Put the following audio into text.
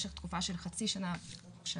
במשך תקופה של חצי שנה או שנה.